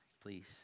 please